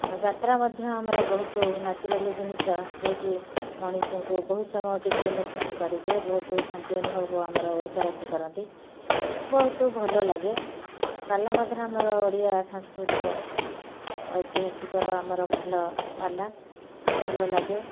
ଯାତ୍ରା ମଧ୍ୟ ଆମର ବହୁତ ନ୍ୟାଚୁରାଲି ଜିନିଷ ଯିଏକି ମଣିଷଙ୍କୁ ବହୁତ ସମୟ କିଛି ଇମୋସନାଲ୍ କରିଦିଏ ବହୁତ ଶାନ୍ତି ଅନୁଭବ ଆମର ଓଡ଼ିଶାବାସୀ କରନ୍ତି ବହୁତ ଭଲ ଲାଗେ ପାଲା ମଧ୍ୟ ଆମର ଓଡ଼ିଆ ସାଂସ୍କୃତିକ ଐତିହାସିକର ଆମର ଭଲ ପାଲା ଭଲ ଲାଗେ